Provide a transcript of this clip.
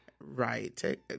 right